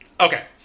Okay